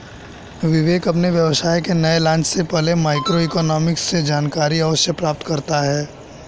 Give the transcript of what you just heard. विवेक अपने व्यवसाय के नए लॉन्च से पहले माइक्रो इकोनॉमिक्स से जानकारी अवश्य प्राप्त करता है